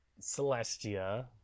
Celestia